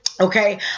okay